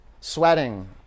Sweating